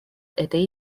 этой